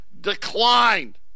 declined